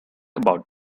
about